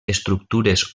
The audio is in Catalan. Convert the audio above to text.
estructures